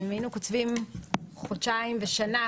גם אם היינו כותבים חודשיים או שנה